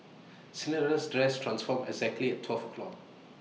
Cinderella's dress transformed exactly at twelve o' clock